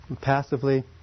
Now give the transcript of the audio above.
Passively